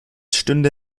stünde